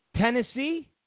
Tennessee